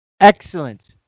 Excellent